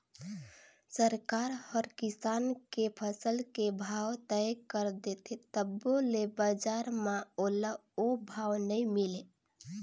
सरकार हर किसान के फसल के भाव तय कर देथे तभो ले बजार म ओला ओ भाव नइ मिले